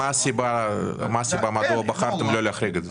בליאק) מה הסיבה שבחרתם לא להחריג את זה?